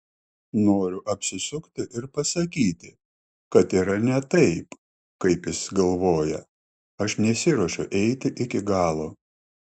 noriu apsisukti ir pasakyti kad yra ne taip kaip jis galvoja aš nesiruošiu eiti iki galo